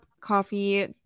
coffee